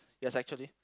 yes actually